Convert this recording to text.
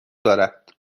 دارد